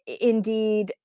indeed